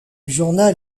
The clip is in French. journal